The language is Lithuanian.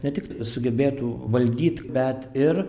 ne tik sugebėtų valdyt bet ir